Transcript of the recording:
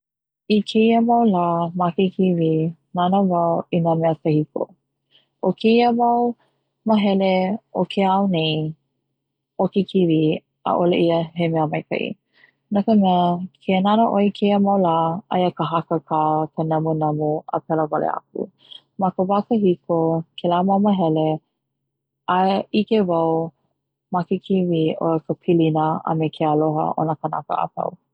I keia mau la ma ke kiwi, nana wau i na mea kahiko, o keia mau mahele o ke ao nei o ke kiwi ʻaʻole ia he maikaʻi no ka mea ke nana ʻoe i keia mau lā aia ka hakaka, ka namunamu a pela wale aku, ma ka wā kahiko kela mau mahele a ʻike wau ma ke kiwi o ka pilina a me ke aloha o na kanaka apau.